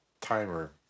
timer